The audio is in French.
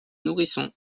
nourrissons